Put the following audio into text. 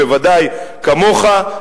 בוודאי כמוך,